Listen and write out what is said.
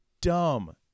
dumb